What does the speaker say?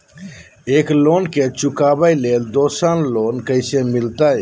एक लोन के चुकाबे ले दोसर लोन कैसे मिलते?